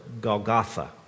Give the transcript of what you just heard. Golgotha